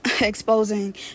exposing